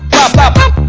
up up